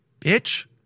bitch